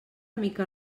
mica